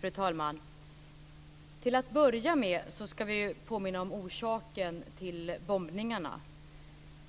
Fru talman! Till att börja med ska vi påminna om orsaken till bombningarna.